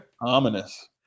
Ominous